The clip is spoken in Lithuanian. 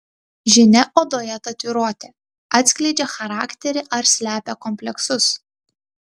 žinia odoje tatuiruotė atskleidžia charakterį ar slepia kompleksus